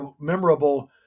memorable